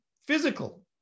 physical